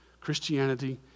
Christianity